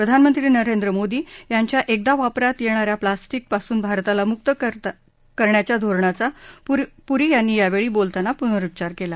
प्रधानमंत्री नरेंद्र मोदी यांच्या एकदा वापरण्यात येणाऱ्या प्लास्टीक पासून भारताला मुक्त भारताला मुक्त करण्याच्या धोरणाचा पुरी यांनी यावेळी बोलताना पुनरुच्चार केला